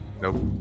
Nope